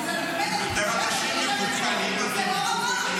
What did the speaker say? אתם אנשים מקולקלים, אתם.